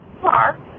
far